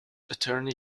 attorney